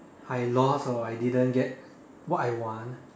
I lost or I didn't get what I want